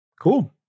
Cool